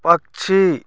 पक्षी